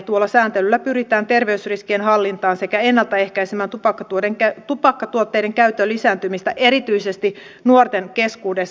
tuolla sääntelyllä pyritään terveysriskien hallintaa sekä ennaltaehkäisemään tupakkatuotteiden käytön lisääntymistä erityisesti nuorten keskuudessa